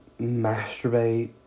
masturbate